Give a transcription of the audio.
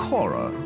Cora